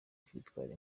victoire